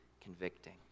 convicting